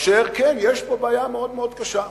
כן, יש פה בעיה מאוד מאוד קשה.